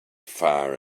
far